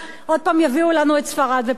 עוד פעם יביאו לנו את ספרד ופורטוגל.